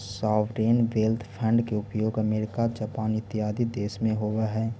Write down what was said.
sovereign wealth fund के उपयोग America Japan इत्यादि देश में होवऽ हई